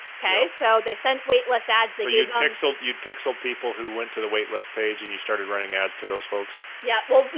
okay. so they sent wait lists ads. so you'd pixeled, you'd pixeled people who went to the wait list page and you started running ads to those folks? yeah, well, no,